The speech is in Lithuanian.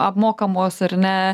apmokamos ar ne